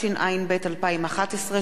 התשע”ב 2011,